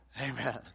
Amen